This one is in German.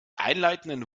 einleitenden